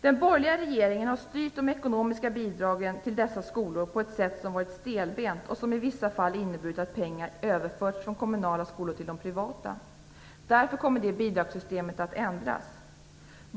Den borgerliga regeringen har styrt de ekonomiska bidragen till dessa skolor på ett sätt som varit stelbent och som i vissa fall inneburit att pengar överförts från kommunala skolor till privata. Därför kommer det bidragssystemet att ändras.